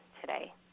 today